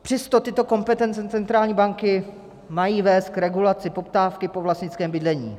Přesto tyto kompetence centrální banky mají vést k regulaci poptávky po vlastnickém bydlení.